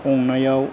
संनायाव